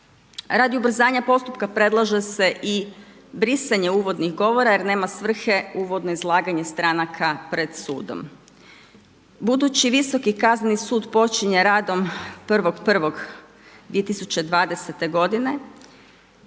Radi ubrzanja postupka predlaže se i brisanje uvodnih govora jer nema svrhe uvodno izlaganje stranka pred sudom. Budući Visoki kazneni sud počinje radom 1.1.2020. godine